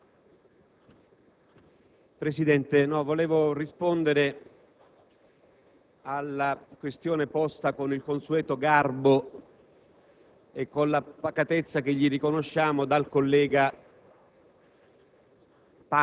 Presidente, vorrei rispondere alla questione posta con il consueto garbo e con la pacatezza che gli riconosciamo dal collega